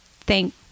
thank